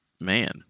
man